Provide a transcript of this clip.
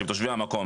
שהם תושבי המקום.